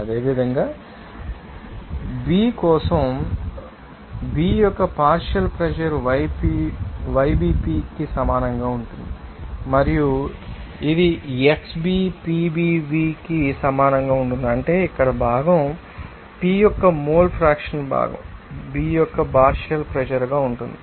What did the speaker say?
అదేవిధంగా భాగం B కోసం భాగం B యొక్క పార్షియల్ ప్రెషర్ yBP కి సమానంగా ఉంటుంది మరియు ఇది xBPBV కి సమానంగా ఉంటుంది అంటే ఇక్కడ భాగం B యొక్క మోల్ ఫ్రాక్షన్ భాగం B యొక్క పార్షియల్ ప్రెషర్ గా ఉంటుంది